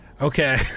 okay